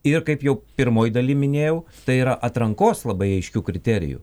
ir kaip jau pirmoj daly minėjau tai yra atrankos labai aiškių kriterijų